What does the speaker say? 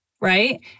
Right